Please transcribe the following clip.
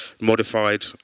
modified